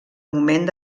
moment